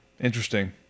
Interesting